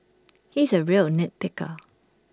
he is A real nit picker